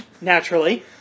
Naturally